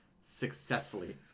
successfully